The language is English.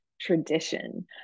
tradition